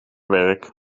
werk